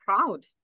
proud